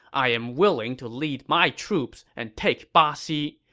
i am willing to lead my troops and take baxi.